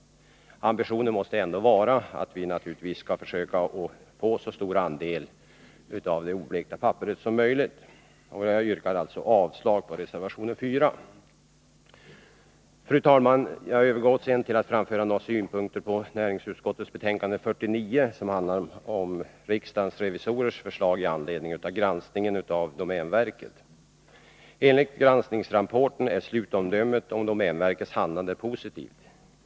Ambitionen måste ändå vara att vi naturligtvis skall försöka att få så stor användning av det oblekta papperet som möjligt. Jag yrkar alltså avslag på reservation 4. Fru talman! Jag övergår sedan till att framföra några synpunkter på näringsutskottets betänkande nr 49, som handlar om riksdagens revisorers förslag med anledning av granskningen av domänverket. Enligt granskningsrapporten är slutomdömet om domänverkets handlande positivt.